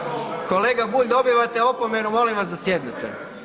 Kolega Bulj, dobivate opomenu, molim vas da sjednete.